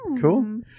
cool